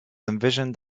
envisioned